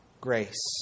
grace